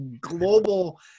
global